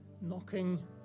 knocking